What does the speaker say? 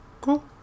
cool